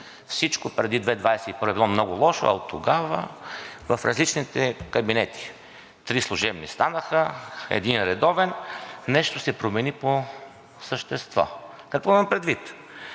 всичко преди 2021 г. е било много лошо, а оттогава в различните кабинети – три служебни станаха, един редовен, нещо се промени по същество. Какво имам предвид?